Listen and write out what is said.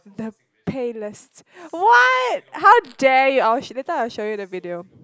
the palest what how dare you I'll later I'll show you the video